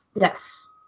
Yes